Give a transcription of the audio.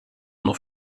nur